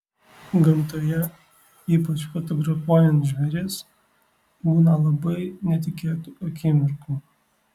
gamtoje ypač fotografuojant žvėris būna labai netikėtų akimirkų